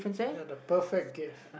ya the perfect gift